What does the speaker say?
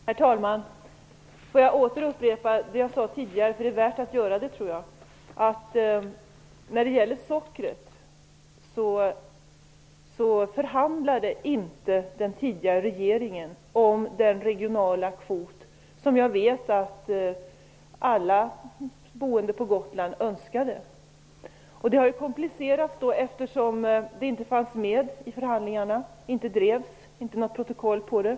Herr talman! Jag återupprepar vad jag tidigare sade, eftersom jag tror att det är värt att göra det. Den tidigare regeringen förhandlade inte om den regionala kvot för socker som jag vet att alla boende på Gotland önskade. Frågan har komplicerats eftersom den inte fanns med vid förhandlingarna. Den drevs inte, och det finns inte något protokoll om detta.